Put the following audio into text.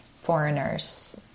foreigners